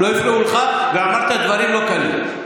לא הפריעו לך, ואמרת דברים לא קלים.